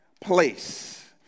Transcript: place